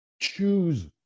choose